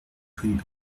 rue